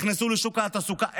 נכנסו לשוק התעסוקה.